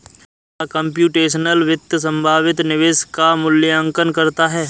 क्या कंप्यूटेशनल वित्त संभावित निवेश का मूल्यांकन करता है?